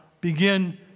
begin